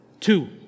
Two